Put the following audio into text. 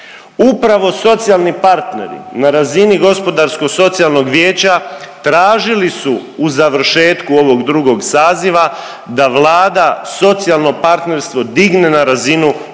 Upravo socijalni partneri na razini gospodarsko-socijalnog vijeća tražili su u završetku ovog drugog saziva da Vlada socijalno partnerstvo digne na razinu Ureda za